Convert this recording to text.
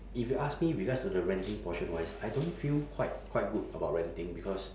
if you ask me regards to the renting portion wise I don't feel quite quite good about renting because